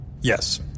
Yes